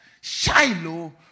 Shiloh